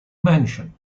mansion